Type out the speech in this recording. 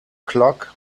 clog